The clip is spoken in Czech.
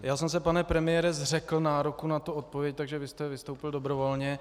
Já jsem se, pane premiére, zřekl nároku na odpověď, takže vy jste vystoupil dobrovolně.